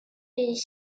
les